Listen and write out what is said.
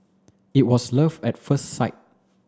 it was love at first sight